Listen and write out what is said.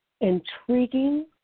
intriguing